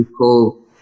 Cool